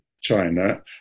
China